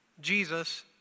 Jesus